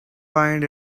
find